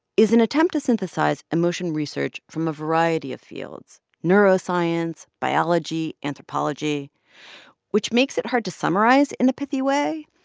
is an attempt to synthesize emotion research from a variety of fields neuroscience, biology, anthropology which makes it hard to summarize in a pithy way,